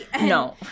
No